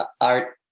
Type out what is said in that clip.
Art